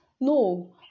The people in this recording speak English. No